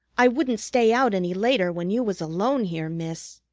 i wouldn't stay out any later when you was alone here, miss,